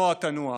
נוע תנוע.